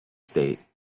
state